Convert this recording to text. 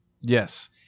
Yes